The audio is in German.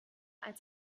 als